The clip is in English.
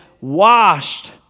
washed